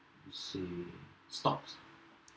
it's a stocks